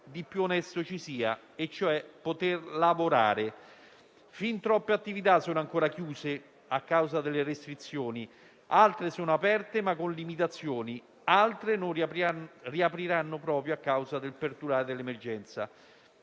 di più onesto ci sia e cioè poter lavorare. Fin troppe attività sono ancora chiuse a causa delle restrizioni; altre sono aperte, ma con limitazioni; altre non riapriranno proprio a causa del perdurare dell'emergenza.